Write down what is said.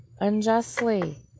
unjustly